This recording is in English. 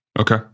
Okay